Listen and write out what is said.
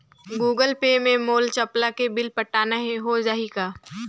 Google Pay ले मोल चपला के बिल पटाना हे, हो जाही का?